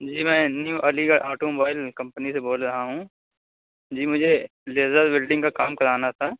جی میں new Aligarh automobile company سے بول رہا ہوں جی مجھے لیزر ویلڈنگ کا کام کرانا تھا